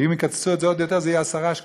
ואם יקצצו את זה עוד יותר זה יהיה 10 שקלים,